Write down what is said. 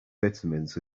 vitamins